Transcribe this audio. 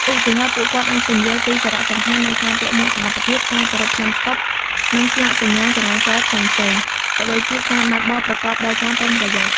ឧទាហរណ៍ ពួកគាត់អាចពន្យល់ពីសារៈសំខាន់នៃ ការពាក់មួកសុវត្ថិភាព ការគោរព ភ្លើងស្តុប និង ស្លាកសញ្ញាចរាចរណ៍ ផ្សេងៗ ក៏ដូចជាការបើកបរប្រកបដោយការប្រុងប្រយ័ត្ន។